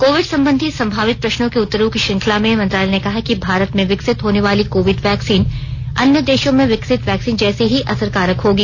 Covid संबंधी संभावित प्रश्नों के उत्तरों की श्रृंखला में मंत्रालय ने कहा कि भारत में विकसित होने वाली कोविड वैक्सीन अन्य देशों में विकसित वैक्सीन जैसी ही असरकारक होगी